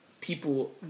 people